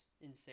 insane